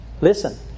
listen